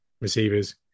receivers